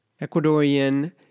Ecuadorian